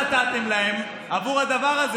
מה נתתם להם עבור הדבר הזה?